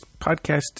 podcast